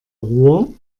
ruhr